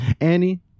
Annie